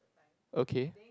okay